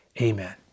Amen